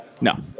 No